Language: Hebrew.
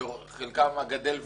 בחלקם הגדל והולך.